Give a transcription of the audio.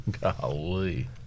golly